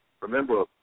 Remember